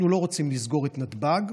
אנחנו לא רוצים לסגור את נתב"ג,